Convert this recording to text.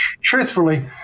Truthfully